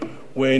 הוא איננו